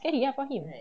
scary ah for him